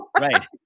Right